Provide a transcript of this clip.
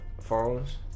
phones